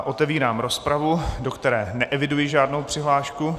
Otevírám rozpravu, do které neeviduji žádnou přihlášku.